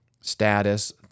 status